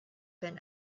been